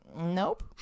nope